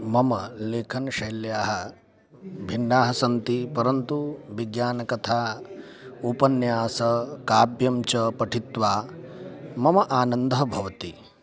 मम लेखनशैल्यः भिन्नाः सन्ति परन्तु विज्ञानकथा उपन्यासः काव्यं च पठित्वा मम आनन्दः भवति